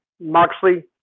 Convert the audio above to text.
Moxley